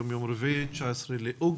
על סדר-היום: